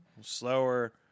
slower